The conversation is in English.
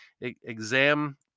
exam